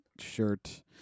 shirt